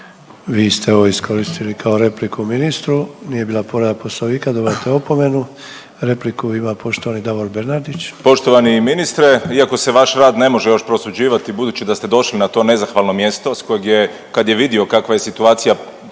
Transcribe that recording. Vi ste ovo iskoristili kao repliku ministru. Nije bila povreda Poslovnika. Dobivate opomenu. Repliku ima poštovani Davor Bernardić. **Bernardić, Davor (Nezavisni)** Poštovani ministre, iako se vaš rad ne može još prosuđivati budući da ste došli na to nezahvalno mjesto sa kojeg je kad je vidio kakva je situacija